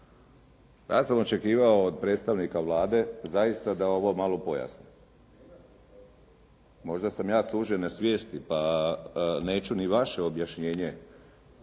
Ja sam očekivao od predstavnika Vlade zaista da ovo malo pojasni. Možda sam ja sužene svijesti, pa neću ni vaše objašnjenje